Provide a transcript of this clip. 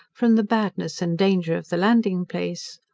from the badness and danger of the landing place.